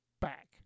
back